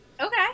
Okay